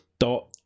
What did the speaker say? Dot